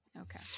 Okay